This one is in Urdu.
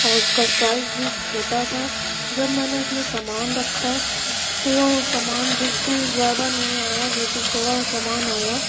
اور اس کا سائز بھی چھوٹا تھا جب میں نے اس میں سامان رکھا تو وہ سامان بالکل زیادہ نہیں آیا بالکل تھوڑا سا سامان آیا